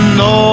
no